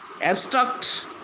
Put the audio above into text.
abstract